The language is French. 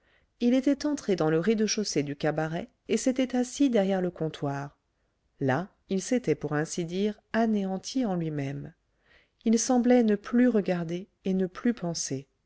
il était entré dans le rez-de-chaussée du cabaret et s'était assis derrière le comptoir là il s'était pour ainsi dire anéanti en lui-même il semblait ne plus regarder et ne plus penser